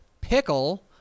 Pickle